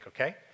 okay